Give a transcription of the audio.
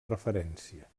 referència